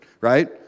right